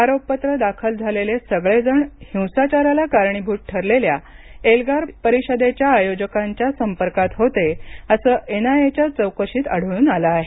आरोपपत्र दाखल झालेले सगळेजण हिंसाचाराला कारणीभूत ठरलेल्या एल्गार परिषदेच्या आयोजकांच्या संपर्कात होते असं एनआयएच्या चौकशीत आढळून आलं आहे